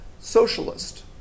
socialist